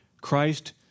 Christ